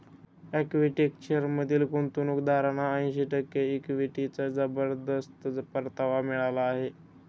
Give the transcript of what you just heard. आर्किटेक्चरमधील गुंतवणूकदारांना ऐंशी टक्के इक्विटीचा जबरदस्त परतावा मिळाला आहे